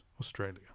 Australia